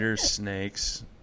snakes